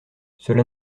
cela